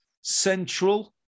Central